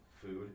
Food